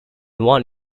one